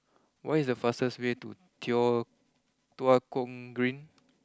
what is the fastest way to Tua Kong Green